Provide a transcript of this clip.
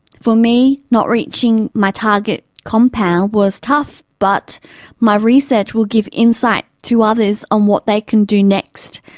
for me, not reaching my target compound was tough, but my research will give insight to others on what they can do next.